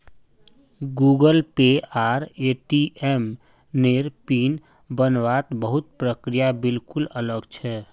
Google Pay आर ATM नेर PIN बन वात बहुत प्रक्रिया बिल्कुल अलग छे